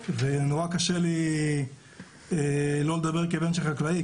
ונורא קשה לי לא לדבר כבן של חקלאי,